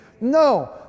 No